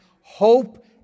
hope